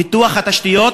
פיתוח התשתיות,